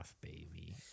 baby